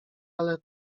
ale